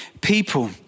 people